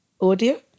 Audio